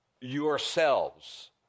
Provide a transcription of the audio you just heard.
yourselves